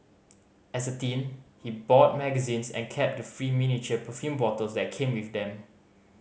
as a teen he bought magazines and kept the free miniature perfume bottles that came with them